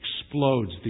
explodes